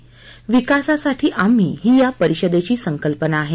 विकासासाठी आम्ही ही या परिषदेची संकल्पना आहे